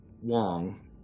Wong